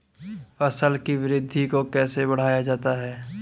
फसल की वृद्धि को कैसे बढ़ाया जाता हैं?